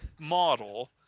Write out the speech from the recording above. model